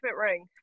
ring